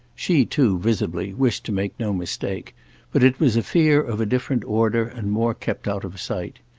she too, visibly, wished to make no mistake but it was a fear of a different order and more kept out of sight.